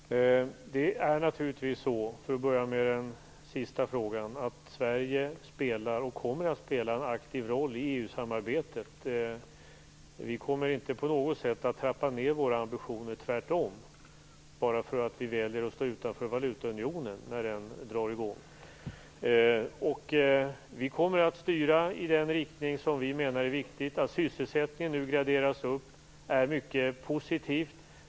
Herr talman! Det är naturligtvis så, för att börja med den sista frågan, att Sverige spelar och kommer att spela en aktiv roll i EU-samarbetet. Vi kommer inte på något sätt att trappa ned våra ambitioner, tvärtom, bara för att vi väljer att stå utanför valutaunionen när den drar i gång. Vi kommer att styra i den riktning som vi menar är viktig. Att sysselsättningen nu graderas upp är mycket positivt.